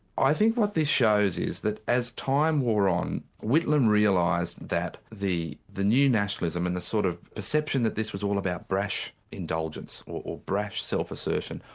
i think what this shows is that as time wore on, whitlam realised that the the new nationalism and the sort of perception that this was all about brash indulgence, or or brash self-assertion,